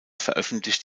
veröffentlicht